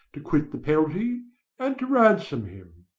to quit the penalty and to ransom him.